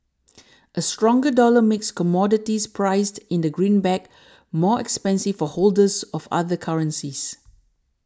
a stronger dollar makes commodities priced in the greenback more expensive for holders of other currencies